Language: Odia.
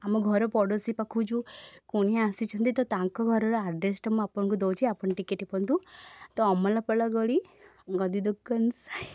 ଆମ ଘର ପଡ଼ୋଶୀ ପାଖକୁ ଯେଉଁ କୁଣିଆ ଆସିଛନ୍ତି ତ ତାଙ୍କ ଘରର ଆଡ଼୍ରେସ୍ଟା ମୁଁ ଆପଣଙ୍କୁ ଦେଉଛି ଆପଣ ଟିକିଏ ଟିପନ୍ତୁ ତ ଅମଳପଳା ଗଳି ଗଦି ଦୋକାନ ସାହି